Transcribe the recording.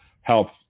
help